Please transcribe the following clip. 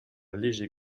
léger